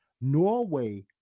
Norway